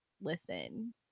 listen